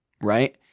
Right